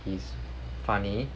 he's funny